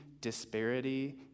disparity